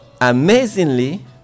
Amazingly